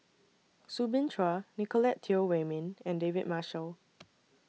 Soo Bin Chua Nicolette Teo Wei Min and David Marshall